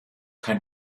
kein